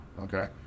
okay